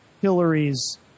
Hillary's